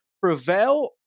prevail